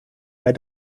bei